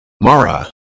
Mara